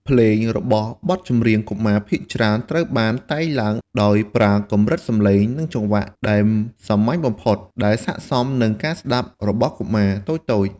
ភ្លេងរបស់បទចម្រៀងកុមារភាគច្រើនត្រូវបានតែងឡើងដោយប្រើកម្រិតសំឡេង និងចង្វាក់ដែលសាមញ្ញបំផុត ដែលស័ក្តិសមនឹងការស្តាប់របស់កុមារតូចៗ។